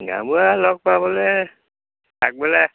গাঁওবুঢ়াক লগ পাবলৈ আগবেলা